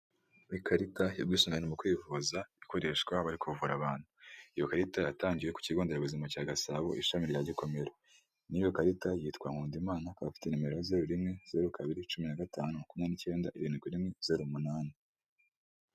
Icyapa cyamamaza inzoga ya AMSTEL, hariho icupa ry'AMSTEL ripfundikiye, hakaba hariho n'ikirahure cyasutswemo inzoga ya AMSTEL, munsi yaho hari imodoka ikindi kandi hejuru yaho cyangwa k'uruhande rwaho hari inzu. Ushobora kwibaza ngo AMSTEL ni iki? AMSTEL ni ubwoko bw'inzoga busembuye ikundwa n'abanyarwanada benshi, abantu benshi bakunda inzoga cyangwa banywa inzoga zisembuye, bakunda kwifatira AMSTEL.